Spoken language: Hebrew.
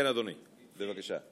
כן אדוני, בבקשה.